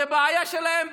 זאת בעיה שלהם,